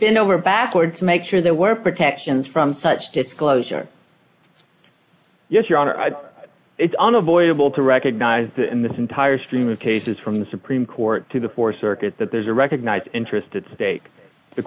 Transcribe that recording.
and over backwards to make sure they were protections from such disclosure yes your honor i it's unavoidable to recognize that in this entire stream of cases from the supreme court to the four circuits that there's a recognized interest at stake the